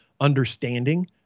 understanding